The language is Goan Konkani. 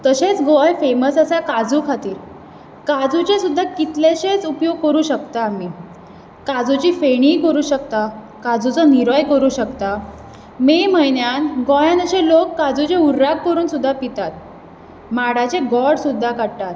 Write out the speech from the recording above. तशेंच गोंय फेमस आसा काजू खातीर काजूचे सुद्दां कितलेंशेच उपयोग करूंक शकतात आमी काजूची फेणी करूंक शकतात काजूचो निरोय करूंक शकतात मे म्हयन्यान गोंयान अशें लोक काजूचे हुर्राक करून सुद्दां पितात माडाचे गोड सुद्दां काडटात